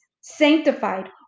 sanctified